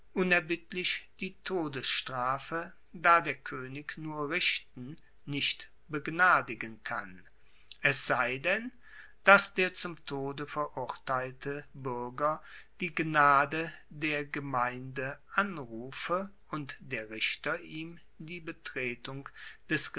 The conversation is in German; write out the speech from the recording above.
die todesstrafe da der koenig nur richten nicht begnadigen kann es sei denn dass der zum tode verurteilte buerger die gnade der gemeinde anrufe und der richter ihm die betretung des